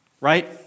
right